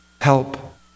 help